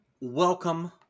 welcome